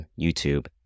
YouTube